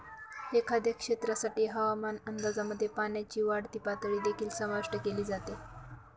एखाद्या क्षेत्रासाठी हवामान अंदाजामध्ये पाण्याची वाढती पातळी देखील समाविष्ट केली जाते